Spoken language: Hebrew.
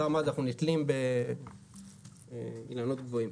אנחנו נתקלים באילנות גבוהים.